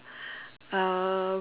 uh